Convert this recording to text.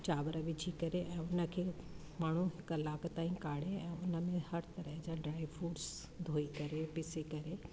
चांवर विझी करे ऐं हुनखे माण्हू कलाकु ताईं काड़े ऐं हुनमें हर तरह जा ड्राए फ्रूट्स धोई करे पीसी करे